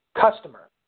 customer